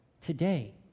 today